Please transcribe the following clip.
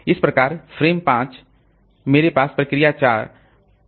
इसी प्रकार फ़्रेम 5 मेरे पास प्रोसेस 4 पेज संख्या 5 हो सकती है